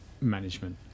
management